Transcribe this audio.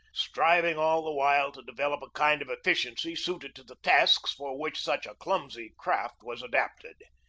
striving all the while to develop a kind of efficiency suited to the tasks for which such a clumsy craft was adapted.